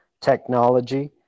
technology